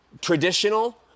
traditional